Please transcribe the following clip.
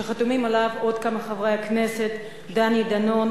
שחתומים עליה עוד כמה חברי כנסת: דני דנון,